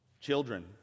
Children